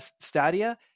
Stadia